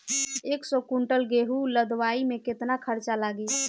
एक सौ कुंटल गेहूं लदवाई में केतना खर्चा लागी?